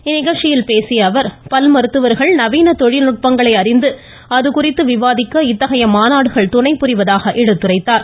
இந்நிகழ்ச்சியில் பேசிய அவர் பல் மருத்துவர்கள் நவீன தொழில்நுட்பங்களை அறிந்து அது குறித்து விவாதிக்க இத்தகைய மாநாடுகள் துணைபுரிவதாக எடுத்துரைத்தார்